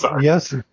yes